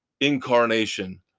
incarnation